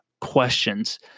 questions